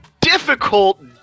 difficult